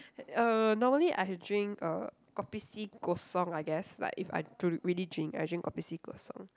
uh normally I drink uh kopi C kosong I guess like if I d~ really drink I drink kopi C kosong